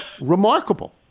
remarkable